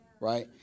right